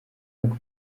ako